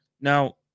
Now